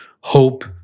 hope